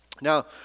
Now